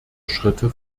schritte